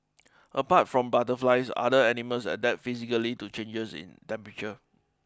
apart from butterflies other animals adapt physically to changes in temperature